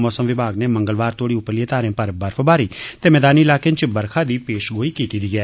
मौसम विभाग नै मंगलवार तोड़ी उप्परलियें घारें पर बर्फबारी ते मैदानी ईलाकें च बरखा दी पेशगोई कीती दी ऐ